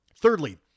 Thirdly